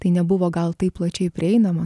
tai nebuvo gal taip plačiai prieinama